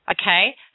okay